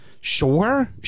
sure